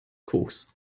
koks